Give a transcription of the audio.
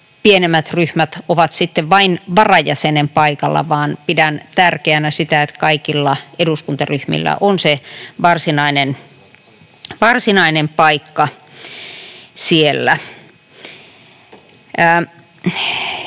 pienemmät ryhmät ovat sitten vain varajäsenen paikalla, vaan pidän tärkeänä sitä, että kaikilla eduskuntaryhmillä on se varsinainen paikka siellä.